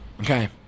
Okay